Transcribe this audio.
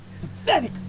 Pathetic